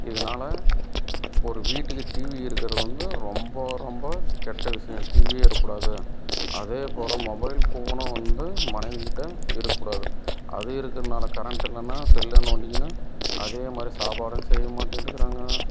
இதனால ஒரு வீட்டுக்கு டிவி இருக்கிறது வந்து ரொம்ப ரொம்ப கெட்ட விஷயம் டிவியே இருக்கக்கூடாது அதே போல மொபைல் ஃபோனும் வந்து மனைவிக்கிட்ட இருக்கக்கூடாது அது இருக்கிறனால கரண்ட் இல்லைனா செல்லை நோண்டிக்கின்னு அதே மாரி சாப்பாடும் செய்ய மாட்டேன்ருக்குறாங்க